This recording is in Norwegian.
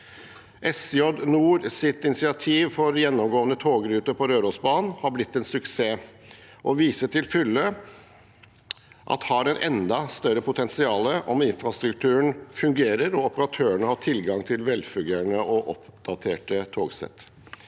SJ Nords initiativ for gjennomgående togruter på Rørosbanen har blitt en suksess. Det viser til fulle at banen har et enda større potensial om infrastrukturen fungerer og operatørene har tilgang til velfungerende og oppdaterte togsett.